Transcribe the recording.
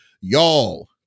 y'all